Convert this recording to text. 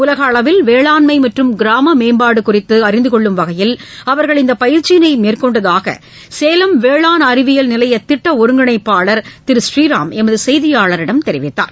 உலகளவில் வேளாண்மை மற்றம் கிராம மேம்பாடு குறித்து அறிந்து கொள்ளும் வகையில் அவர்கள் இந்த பயிற்சியினை மேற்கொண்டதாக சேலம் வேளாண் அறிவியல் நிலைய திட்ட ஒருங்கிணைப்பாளர் திரு பூநீராம் எமது செய்தியாளரிடம் தெரிவித்தார்